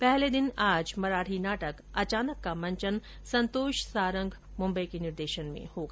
पहले दिन आज मराठी नाटक अचानक का मंचन संतोष सांरग मुम्बई के निर्देशन में होगा